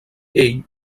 ell